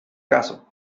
caso